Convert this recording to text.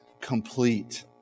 complete